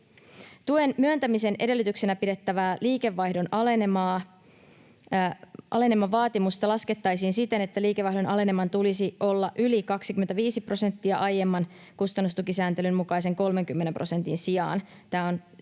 Tuen myöntämisen edellytyksenä pidettävää liikevaihdon alenemavaatimusta laskettaisiin siten, että liikevaihdon aleneman tulisi olla yli 25 prosenttia aiemman kustannustukisääntelyn mukaisen 30 prosentin sijaan. Tämä on